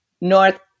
North